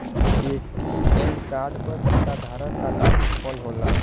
ATM card पर खाताधारक क नाम छपल होला